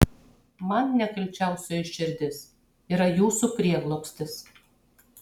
man nekalčiausioji širdis yra jūsų prieglobstis